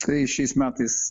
tai šiais metais